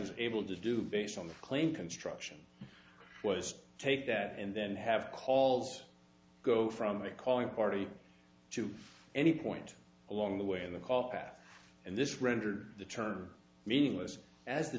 was able to do based on the claim construction was take that and then have calls go from a calling party to any point along the way in the call that in this rendered the term meaningless as t